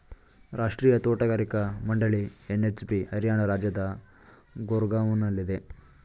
ರಾಷ್ಟ್ರೀಯ ತೋಟಗಾರಿಕಾ ಮಂಡಳಿ ಎನ್.ಎಚ್.ಬಿ ಹರಿಯಾಣ ರಾಜ್ಯದ ಗೂರ್ಗಾವ್ನಲ್ಲಿದೆ